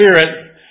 Spirit